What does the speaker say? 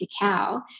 cacao